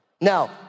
Now